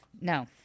No